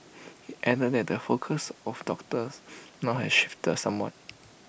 he added that the focus of doctors now has shifted somewhat